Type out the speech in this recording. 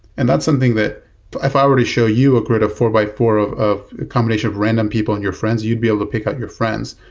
and that's something that if i were to show you a grid of four x four of of combination of random people in your friends, you'd be able to pick out your friends.